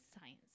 science